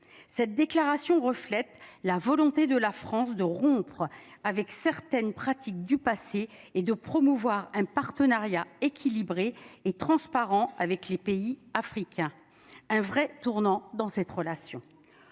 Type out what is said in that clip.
Cette déclaration reflète la volonté de la France de rompre avec certaines pratiques du passé et de promouvoir un partenariat équilibré et transparent avec les pays africains, un vrai tournant dans cette relation.